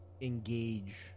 engage